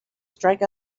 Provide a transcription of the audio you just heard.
strike